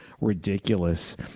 ridiculous